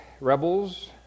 rebels